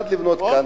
אחד לבנות כאן.